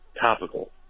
topical